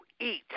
eat